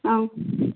അ